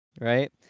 right